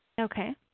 okay